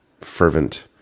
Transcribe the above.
fervent